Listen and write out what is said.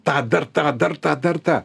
tą dar tą dar tą dar tą